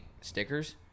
stickers